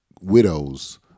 widows